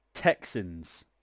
Texans